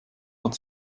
hat